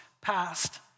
past